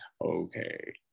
okay